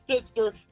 sister